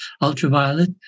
ultraviolet